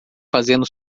fazendo